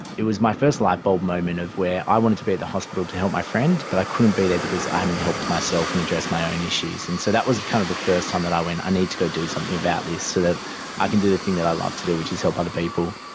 it was my first light-bulb moment of where i wanted to be at the hospital to help my friend but i couldn't be there because i hadn't helped myself and addressed my own issues. and so that was kind of the first time that i went i need to go do something about this so that i can do the thing that i love to do which is help other people.